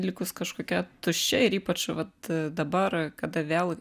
likus kažkokia tuščia ir ypač vat dabar kada vėl